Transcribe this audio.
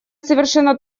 совершенно